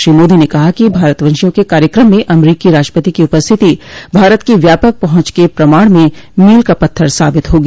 श्री मोदी ने कहा कि भारतवंशियों के कार्यक्रम में अमरीकी राष्ट्रपति की उपस्थिति भारत की व्यापक पहुंच के प्रमाण में मील का पत्थर साबित होगी